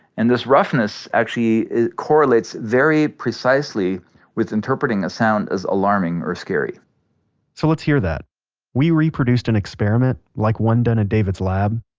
and this roughness, actually correlates very precisely with interpreting a sound as alarming or scary so let's hear that we reproduced an experiment, like one done in david's lab.